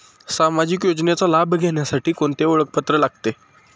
सामाजिक योजनेचा लाभ घेण्यासाठी कोणते ओळखपत्र लागते?